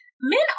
men